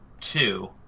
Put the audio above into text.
two